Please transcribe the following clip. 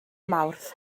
mawrth